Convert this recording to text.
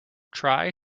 try